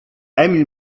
emil